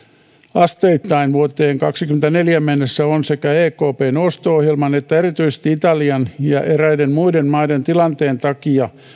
asteittain vuoteen kahdessakymmenessäneljässä mennessä on sekä ekpn osto ohjelman että erityisesti italian ja eräiden muiden maiden tilanteen takia